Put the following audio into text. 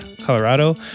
Colorado